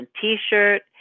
t-shirt